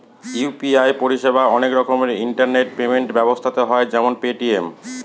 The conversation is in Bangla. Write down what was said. ইউ.পি.আই পরিষেবা অনেক রকমের ইন্টারনেট পেমেন্ট ব্যবস্থাতে হয় যেমন পেটিএম